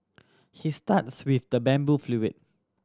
he starts with the bamboo flute